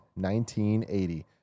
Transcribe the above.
1980